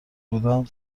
بودم